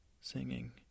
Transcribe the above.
singing